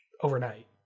overnight